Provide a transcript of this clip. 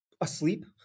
asleep